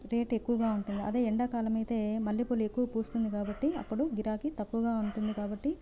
rate ఎక్కువగా ఉంటుంది అదే ఎండాకాలం అయితే మల్లెపూలు ఎక్కువ పూస్తుంది కాబట్టి అప్పుడు గిరాకీ తక్కువగా ఉంటుంది కాబట్టి